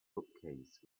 bookcase